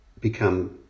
become